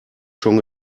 schon